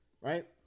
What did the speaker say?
right